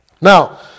Now